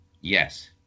yes